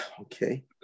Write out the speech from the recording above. Okay